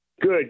Good